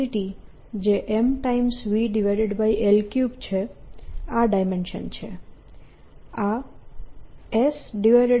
Time momentum density જે M vL3 છે આ ડાયમેન્શન છે